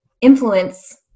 influence